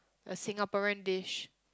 a Singaporean dish